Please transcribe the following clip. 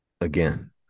again